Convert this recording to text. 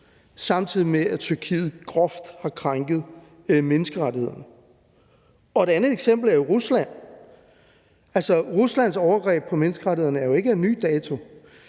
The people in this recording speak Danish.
samtidig med at Tyrkiet groft har krænket menneskerettighederne. Et andet eksempel er Rusland. Ruslands overgreb på menneskerettighederne er jo ikke af ny dato.